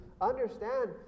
understand